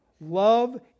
Love